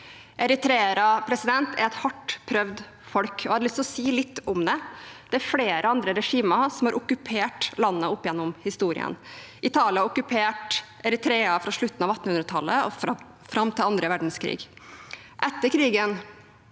Eritreere er et hardt prøvd folk, og jeg har lyst til å si litt om det. Det er flere andre regimer som har okkupert landet opp gjennom historien. Italia okkuperte Eritrea fra slutten av 1800-tallet og fram til annen verdenskrig. Etter krigen